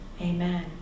amen